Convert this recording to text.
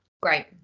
great